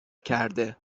کرده